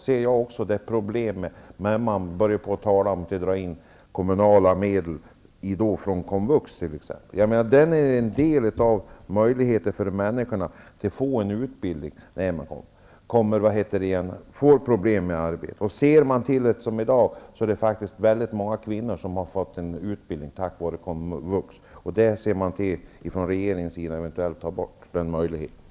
När man talar om att dra in kommunala medel från komvux ser jag också problem. Där har människor möjlighet att få en utbildning när de har problem med arbete. I dag är det många kvinnor som har fått en utbildning tack vare komvux. Nu ser regeringen eventuellt till att ta bort den möjligheten.